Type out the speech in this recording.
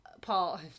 Paul